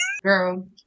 girl